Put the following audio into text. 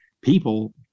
people